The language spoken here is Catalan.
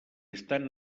estan